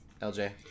LJ